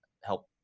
help